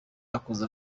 akoze